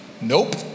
Nope